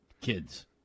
Kids